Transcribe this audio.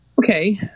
okay